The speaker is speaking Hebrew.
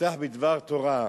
אפתח בדבר תורה,